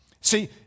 See